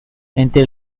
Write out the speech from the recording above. entre